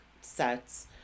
sets